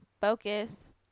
focus